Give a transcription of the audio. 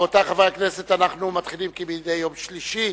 רבותי חברי הכנסת, אנחנו מתחילים כמדי יום שלישי